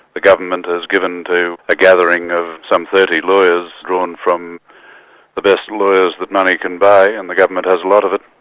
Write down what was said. the government has given to a gathering of some thirty lawyers drawn from the best lawyers that money can buy, and the government has a lot of it,